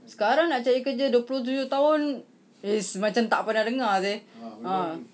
sekarang nak cari kerja dua puluh tujuh tahun !hais! macam tak pernah dengar seh ah